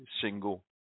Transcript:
single